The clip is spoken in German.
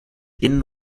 innen